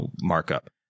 markup